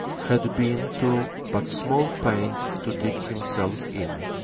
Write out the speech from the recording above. had been to but small pains to dig himself in.